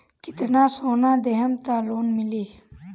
कितना सोना देहम त लोन मिली?